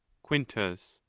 quintus.